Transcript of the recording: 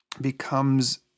becomes